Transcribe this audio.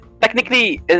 technically